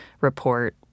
report